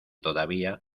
todavía